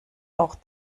auch